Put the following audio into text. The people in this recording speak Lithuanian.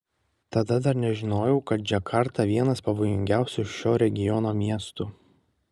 tada dar nežinojau kad džakarta vienas pavojingiausių šio regiono miestų